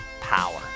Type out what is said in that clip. power